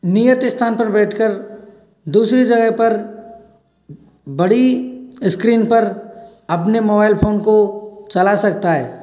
नियत स्थान पर बैठकर दूसरी जगह पर बड़ी स्क्रीन पर अपने मोबाइल फोन को चला सकता है